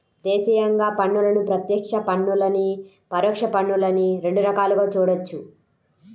దేశీయంగా పన్నులను ప్రత్యక్ష పన్నులనీ, పరోక్ష పన్నులనీ రెండు రకాలుగా చూడొచ్చు